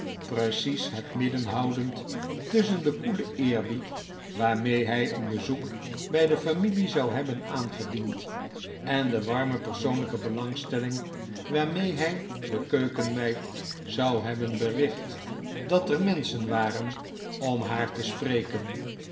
precies het midden houdend tusschen den koelen eerbied waarmee hij een bezoek bij de familie zou hebben aangediend en de warme persoonlijke belangstelling waarmee hij de keukenmeid zou hebben bericht dat er menschen waren om haar te spreken